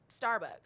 Starbucks